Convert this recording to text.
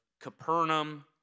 Capernaum